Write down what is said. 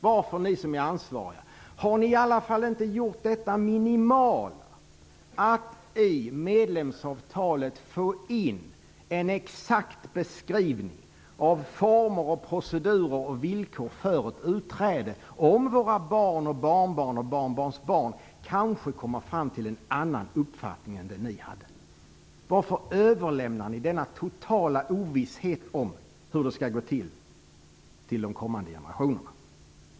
Varför, ni som är ansvariga, har ni i alla fall inte gjort detta minimala, att i medlemsavtalet få in en exakt beskrivning av former, procedurer och villkor för ett utträde, om våra barn, barnbarn eller barnbarnsbarn kanske kommer fram till en annan uppfattning än den ni hade? Varför överlämnar ni till kommande generationer denna totala ovisshet om hur det skall gå till?